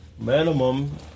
Minimum